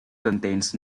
contains